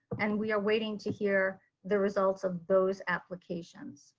and we are waiting to hear the results of those applications